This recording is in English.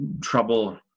trouble